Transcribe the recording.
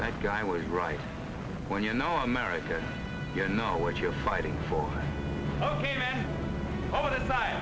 army guy was right when you know america you know what you're fighting for